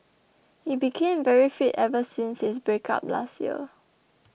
he became very fit ever since his breakup last year